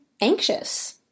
anxious